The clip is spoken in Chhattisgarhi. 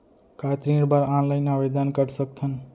का ऋण बर ऑनलाइन आवेदन कर सकथन?